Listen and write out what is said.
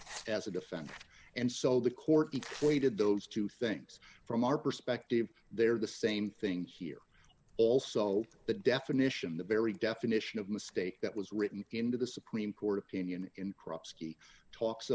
as a defendant and so the court weighted those two things from our perspective they're the same thing here also the definition the very definition of mistake that was written into the supreme court opinion in crop ski talks